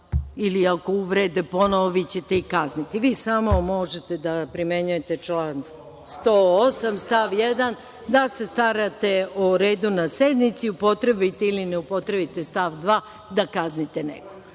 ili ako uvrede ponovo, vi ćete ih kazniti. Vi samo možete da primenjujete član 108. stav 1, da se starate o redu na sednici, upotrebite ili ne upotrebite stav 2. da kaznite nekog,